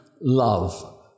love